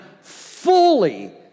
fully